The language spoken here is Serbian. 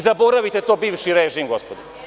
Zaboravite to bivši režim, gospodo.